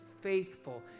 faithful